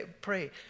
pray